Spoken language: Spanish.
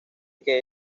que